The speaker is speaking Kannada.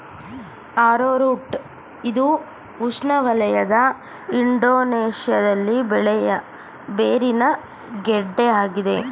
ಆರೋರೂಟ್ ಇದು ಉಷ್ಣವಲಯದ ಇಂಡೋನೇಶ್ಯದಲ್ಲಿ ಬೆಳೆಯ ಬೇರಿನ ಗೆಡ್ಡೆ ಆಗಿದೆ